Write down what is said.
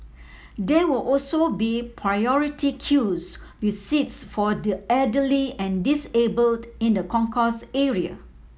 there will also be priority queues with seats for the elderly and disabled in the concourse area